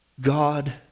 God